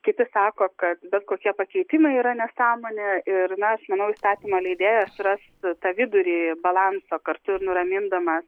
kiti sako kad bet kokie pakeitimai yra nesąmonė ir na aš manau įstatymų leidėjas ras tą vidurį balansą kartu ir nuramindama